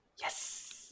Yes